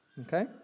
Okay